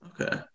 okay